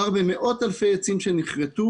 מדובר במאות אלפי עצים שנכרתו.